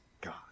God